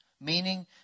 meaning